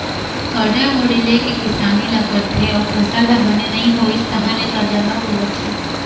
करजा बोड़ी ले के किसानी ल करथे अउ फसल ह बने नइ होइस तहाँ ले करजा म बूड़ जाथे